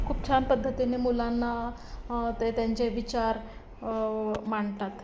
खूप छान पद्धतीने मुलांना ते त्यांचे विचार मांडतात